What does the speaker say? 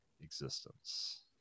existence